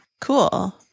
Cool